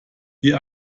die